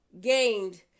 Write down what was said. gained